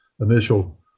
initial